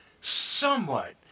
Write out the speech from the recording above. somewhat